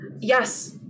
yes